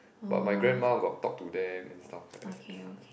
but my grandma got talk to them and stuff like that ya